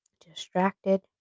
distracted